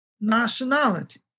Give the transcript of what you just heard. nationality